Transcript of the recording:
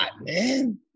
man